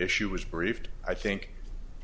issue was briefed i think